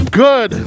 good